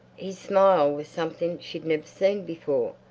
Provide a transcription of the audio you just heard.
his smile was something she'd never seen before.